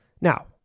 Now